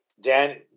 Dan